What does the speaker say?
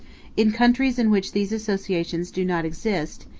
in countries in which these associations do not exist,